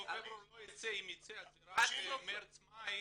אם יצא אז זה רק מרץ-מאי,